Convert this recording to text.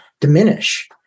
diminish